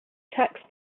tax